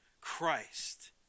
Christ